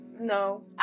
No